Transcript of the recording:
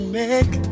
make